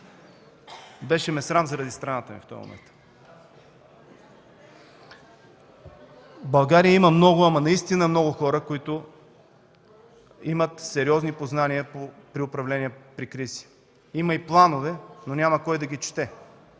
Беше ме срам заради страната ни в този момент. В България има много, ама наистина много хора, които имат сериозни познания по управление при кризи, има и планове, но няма кой да ги чете.